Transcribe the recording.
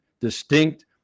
distinct